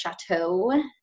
chateau